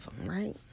right